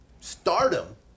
stardom